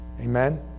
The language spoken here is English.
Amen